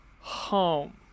home